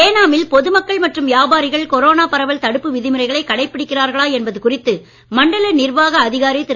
ஏனா மில் பொதுமக்கள் மற்றும் வியாபாரிகள் கொரோனா பரவல் தடுப்பு விதிமுறைகளை கடைபிடிக்கிறார்களா என்பது குறித்து மண்டல நிர்வாக அதிகாரி திரு